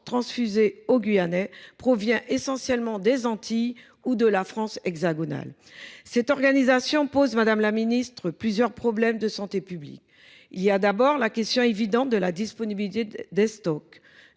transfusé aux Guyanais provient essentiellement des Antilles ou de la France hexagonale. Cette organisation pose plusieurs problèmes de santé publique. Se pose d’abord la question évidente de la disponibilité des stocks.